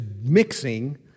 mixing